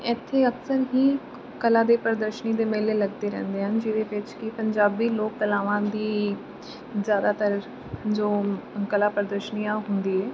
ਇੱਥੇ ਅਕਸਰ ਹੀ ਕਲਾ ਦੇ ਪ੍ਰਦਰਸ਼ਨੀ ਦੇ ਮੇਲੇ ਲੱਗਦੇ ਰਹਿੰਦੇ ਹਨ ਜਿਹਦੇ ਵਿੱਚ ਕਿ ਪੰਜਾਬੀ ਲੋਕ ਕਲਾਵਾਂ ਦੀ ਜ਼ਿਆਦਾਤਰ ਜੋ ਕਲਾ ਪ੍ਰਦਰਸ਼ਨੀਆਂ ਹੁੰਦੀ ਹੈ